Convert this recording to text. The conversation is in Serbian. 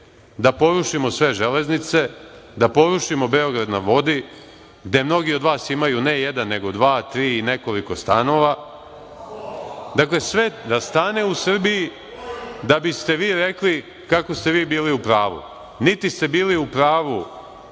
da porušimo sve železnice, da porušimo Beograd na vodi, gde mnogi od vas imaju ne jedan, nego dva, tri i nekoliko stanova, dakle, sve da stane u Srbiji, da biste vi rekli kako ste vi bili u pravu. Niti ste bili u pravu